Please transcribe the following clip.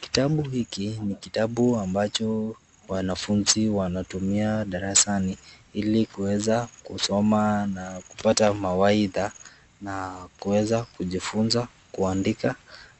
Kitabu hiki ni kitabu ambacho wanafunzi wanatumia darasani, ili kuweza kusoma na kupata mawaidha na kuweza kujifunza kuandika